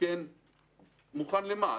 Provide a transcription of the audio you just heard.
מוכן למה?